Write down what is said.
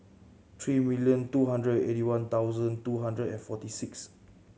three million two hundred and eighty one thousand two hundred and forty six